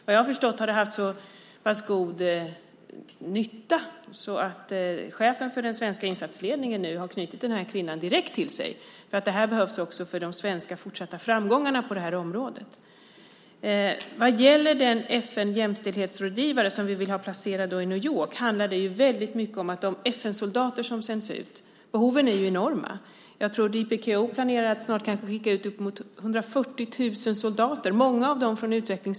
Vad jag har förstått har det gjort så god nytta att chefen för den svenska insatsledningen nu har knutit den här kvinnan direkt till sig. Det här behövs också för de fortsatta svenska framgångarna på det här området. När det gäller den FN-jämställdhetsrådgivare som vi vill ha placerad i New York handlar det väldigt mycket om de FN-soldater som sänds ut. Behoven är ju enorma. Jag tror att DPKO planerar att snart skicka ut uppemot 140 000 soldater till olika krishärdar runtomkring.